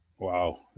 Wow